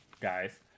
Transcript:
guys